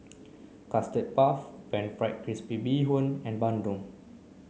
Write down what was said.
custard puff pan fried crispy bee hoon and Bandung